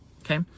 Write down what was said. okay